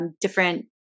Different